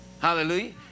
Hallelujah